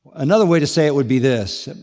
another way to say it would be this,